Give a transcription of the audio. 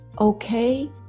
okay